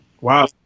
Wow